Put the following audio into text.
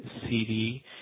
CD